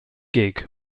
gig